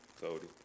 Cody